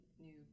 new